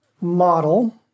model